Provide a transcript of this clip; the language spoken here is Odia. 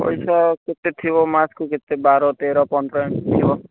ପଇସା କେତେ ଥିବ ମାସକୁ କେତେ ବାର ତେର ପନ୍ଦର ଏମିତି ଥିବ